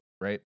right